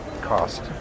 cost